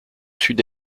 sud